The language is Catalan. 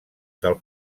del